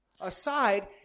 aside